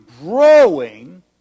growing